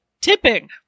Tipping